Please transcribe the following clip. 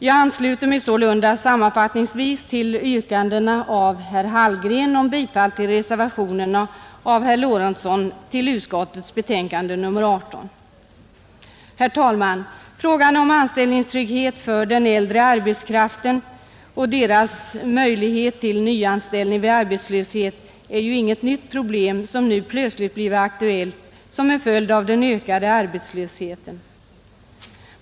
Jag ansluter mig sålunda sammanfattningsvis till yrkandena av herr Hallgren om bifall till reservationerna av herr Lorentzon. Frågan om anställningstrygghet för den äldre arbetskraften och dess möjligheter till nyanställning vid arbetslöshet är inget nytt problem som plötsligt blivit aktuellt som en följd av den ökade arbetslösheten.